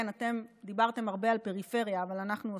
כן, אתם דיברתם הרבה על פריפריה, אבל אנחנו עושים.